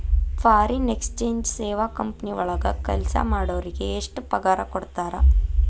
Foreign exchange ಸೇವಾ company ವಳಗ್ ಕೆಲ್ಸಾ ಮಾಡೊರಿಗೆ ಎಷ್ಟ್ ಪಗಾರಾ ಕೊಡ್ತಾರ?